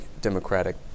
Democratic